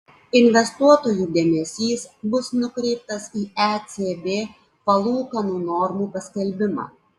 investuotojų dėmesys bus nukreiptas į ecb palūkanų normų paskelbimą